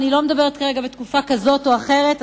ואני לא מדברת בתקופה כזאת או אחרת,